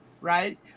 right